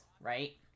right